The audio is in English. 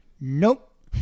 Nope